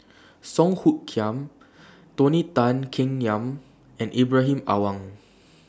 Song Hoot Kiam Tony Tan Keng Yam and Ibrahim Awang